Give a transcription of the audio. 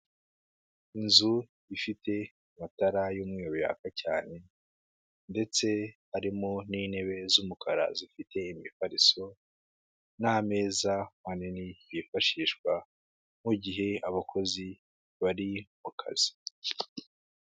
Inzu ifite amatara y'umweru yaka cyane, ndetse harimo n'intebe z'umukara zifite imifariso n'ameza manini byifashishwa mu gihe abakozi bari ku kazi.